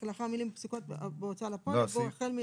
לאחר המילים "ההוצאה לפועל" יבוא: החל מ